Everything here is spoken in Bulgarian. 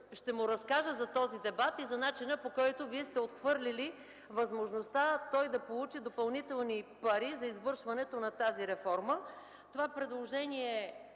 ще му разкажа за този дебат и за начина, по който вие сте отхвърлили възможността той да получи допълнителни пари за извършването на тази реформа. Това предложение